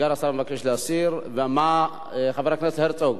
סגן השר מבקש להסיר, ומה חבר הכנסת הרצוג?